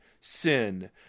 sin